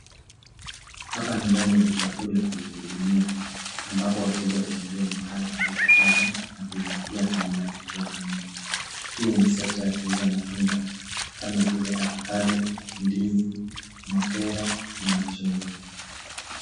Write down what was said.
Hapa ni ndani ya duka kuu la kujihudumia ambapo wateja wanachagua bidhaa wanazotaka na kuzilipia kabla ya kutoka nje, hii ni sekta ta kuuza matunda kama vile avocado, ndizi, mapera na machungwa.